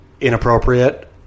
inappropriate